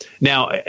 Now